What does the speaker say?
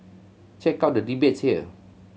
check out the debates here